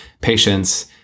patience